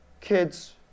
kids